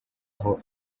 aho